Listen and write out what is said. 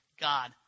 God